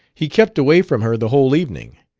he kept away from her the whole evening,